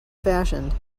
fashioned